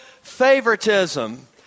favoritism